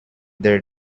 their